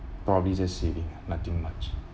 probably just saving ah nothing much